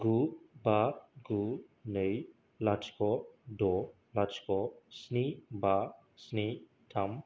गु बा गु नै लाथिख' द' लाथिख' स्नि बा स्नि थाम